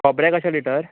खोबरें कशे लिटर